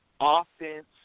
offense